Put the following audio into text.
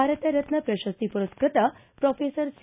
ಭಾರತ ರತ್ನ ಪ್ರಶಸ್ತಿ ಮರಸ್ನತ professor C